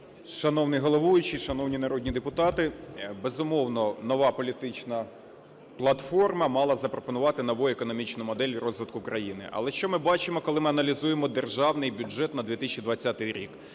Шановний головуючи, шановні народні депутати! Безумовно, нова політична платформа мала запропонувати нову економічну модель розвитку країни. Але що ми бачимо, коли ми аналізуємо Державний бюджет на 2020 рік?